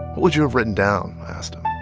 would you have written down? i asked him.